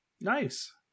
Nice